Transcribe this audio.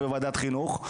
בוועדת חינוך,